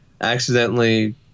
accidentally